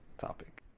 topic